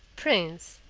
prince,